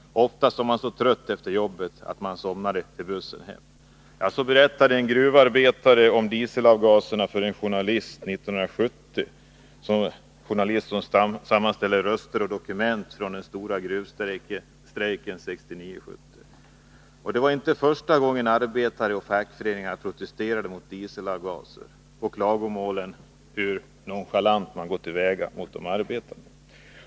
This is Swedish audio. Oftast var man så trött efter jobbet att man somna till i bussen hem.” Så berättade en gruvarbetare om dieselavgaserna för en journalist som 1970 sammanställde röster och dokument från den stora gruvstrejken 1969-1970. Det var inte första gången som arbetare och fackföreningar protesterade mot dieselavgaser och klagade över hur nonchalant man gått till väga mot arbetarna.